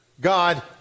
God